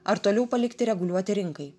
ar toliau palikti reguliuoti rinkai